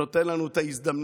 שנותן לנו הזדמנות